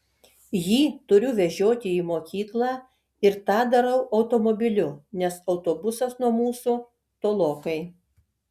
jį turiu vežioti į mokyklą ir tą darau automobiliu nes autobusas nuo mūsų tolokai